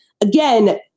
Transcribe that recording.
again